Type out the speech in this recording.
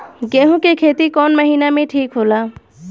गेहूं के खेती कौन महीना में ठीक होला?